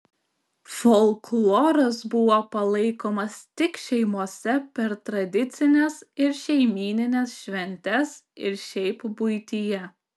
folkloras buvo palaikomas tik šeimose per tradicines ir šeimynines šventes ir šiaip buityje